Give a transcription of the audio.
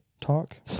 Talk